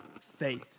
faith